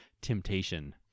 Temptation